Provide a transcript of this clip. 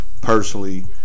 Personally